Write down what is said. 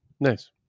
Nice